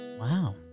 Wow